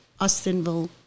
Austinville